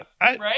right